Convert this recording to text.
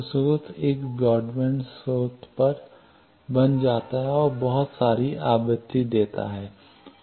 तो स्रोत एक ब्रॉडबैंड स्रोत बन जाता है और बहुत सारी आवृत्ति देता है